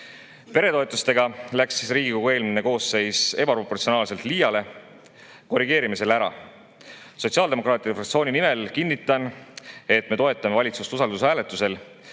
Peretoetustega läks Riigikogu eelmine koosseis ebaproportsionaalselt liiale. Korrigeerime selle ära! Sotsiaaldemokraatide fraktsiooni nimel kinnitan, et me toetame valitsust usaldushääletusel